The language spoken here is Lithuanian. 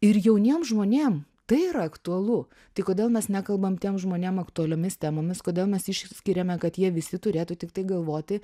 ir jauniem žmonėm tai yra aktualu tai kodėl mes nekalbam tiem žmonėm aktualiomis temomis kodėl mes išskiriame kad jie visi turėtų tiktai galvoti